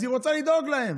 אז היא רוצה לדאוג להם.